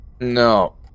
no